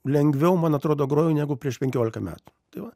lengviau man atrodo groju negu prieš penkiolika metų tai va